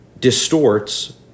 distorts